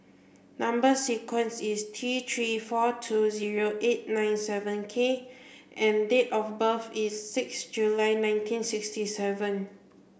number sequence is T three four two zero eight nine seven K and date of birth is six July nineteen sixty seven